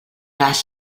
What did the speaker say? cas